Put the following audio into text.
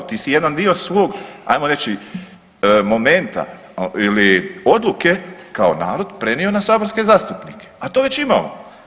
Ti si jedan dio svog hajmo reći momenta ili odluke kao narod prenio na saborske zastupnike, a to već imamo.